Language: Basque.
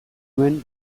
nuen